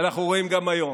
אנחנו רואים גם היום.